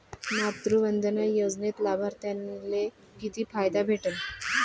मातृवंदना योजनेत लाभार्थ्याले किती फायदा भेटन?